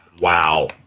Wow